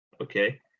Okay